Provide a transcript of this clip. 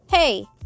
Hey